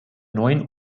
neuen